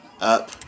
up